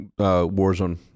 Warzone